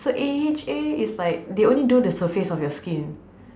so A_H_A is like they only do the surface of your skin